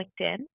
LinkedIn